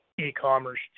e-commerce